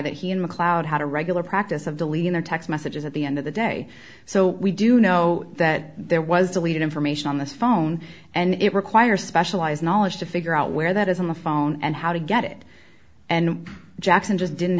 that he and macleod had a regular practice of deleting their text messages at the end of the day so we do know that there was deleted information on this phone and it require specialized knowledge to figure out where that is on the phone and how to get it and jackson just didn't